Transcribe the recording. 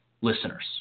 listeners